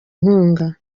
inkunga